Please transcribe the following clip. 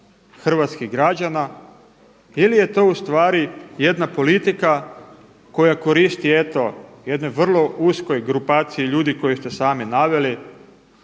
hrvatskih građana ili je to u stvari jedna politika koja koristi eto jednoj vrlo uskoj grupaciji ljudi koje ste sami naveli